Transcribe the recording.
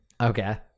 Okay